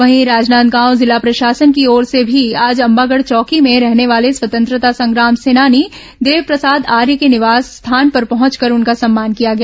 वहीं राजनांदगांव जिला प्रशासन की ओर से भी आज अंबागढ़ चौकी में रहने वाले स्वतंत्रता संग्राम सेनानी देवप्रसाद आर्य के निवास स्थान पर पहंचकर उनका सम्मान किया गया